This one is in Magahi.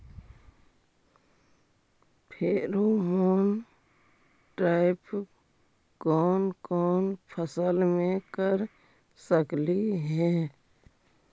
फेरोमोन ट्रैप कोन कोन फसल मे कर सकली हे?